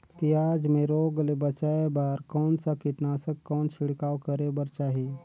पियाज मे रोग ले बचाय बार कौन सा कीटनाशक कौन छिड़काव करे बर चाही?